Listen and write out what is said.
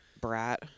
brat